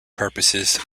purposes